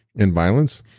and violence.